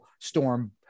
storm